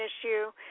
issue